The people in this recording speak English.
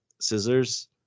scissors